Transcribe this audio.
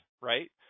right